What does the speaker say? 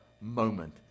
moment